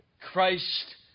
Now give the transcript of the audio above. Christ